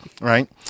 right